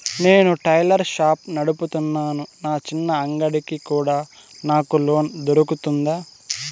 నేను tailor shop నడుపుతున్నాను, నా చిన్న అంగడి కి కూడా నాకు లోను దొరుకుతుందా?